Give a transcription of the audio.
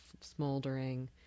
smoldering